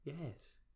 yes